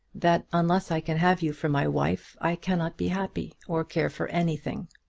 that unless i can have you for my wife, i cannot be happy or care for anything.